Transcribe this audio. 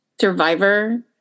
survivor